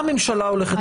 על מה הממשלה הולכת לדון.